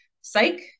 psych